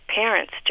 parents